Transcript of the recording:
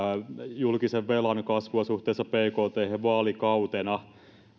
julkisen velan kasvua suhteessa bkthen vaalikautena